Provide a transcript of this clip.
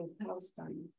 Palestine